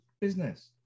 business